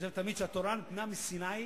עוד נראה,